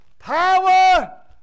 Power